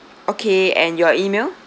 okay and your E-mail